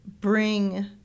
bring